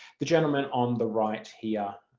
the gentleman on the right here,